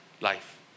life